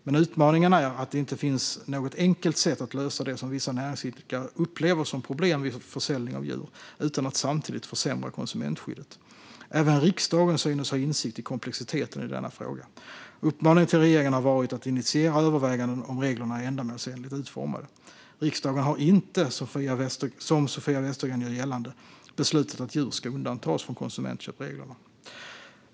Men utmaningen är att det inte finns något enkelt sätt att lösa det som vissa näringsidkare upplever som problem vid försäljning av djur utan att samtidigt försämra konsumentskyddet. Även riksdagen synes ha insikt i komplexiteten i denna fråga. Uppmaningen till regeringen har varit att initiera överväganden om reglerna är ändamålsenligt utformade. Riksdagen har inte, som Sofia Westergren gör gällande, beslutat att djur ska undantas från konsumentköpreglerna.